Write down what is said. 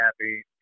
happy